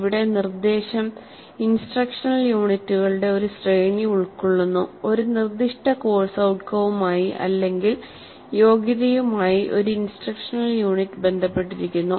ഇവിടെ നിർദ്ദേശം ഇൻസ്ട്രക്ഷണൽ യൂണിറ്റുകളുടെ ഒരു ശ്രേണി ഉൾക്കൊള്ളുന്നു ഒരു നിർദ്ദിഷ്ട കോഴ്സ് ഔട്ട്കവുമായി അല്ലെങ്കിൽ യോഗ്യതയുമായി ഒരു ഇൻസ്ട്രക്ഷണൽ യൂണിറ്റ് ബന്ധപ്പെട്ടിരിക്കുന്നു